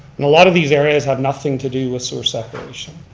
and a lot of these areas have nothing to do with sewer separation.